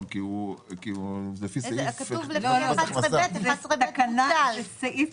כתוב לפי 11ב', ו-11ב'